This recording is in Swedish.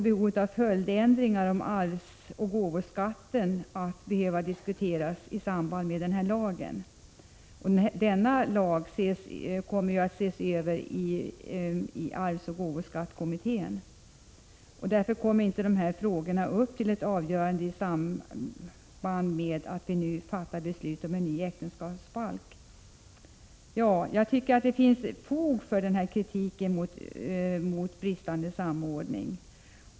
Behovet av följdändringar av arvsoch gåvobeskattningen måste också diskuteras i samband med denna lag, men lagen kommer att ses över i arvsoch gåvoskattekommittén, och därför skall inte dessa frågor avgöras i samband med att beslut nu fattas om en ny äktenskapsbalk. Det finns alltså fog för kritiken mot bristande samordning.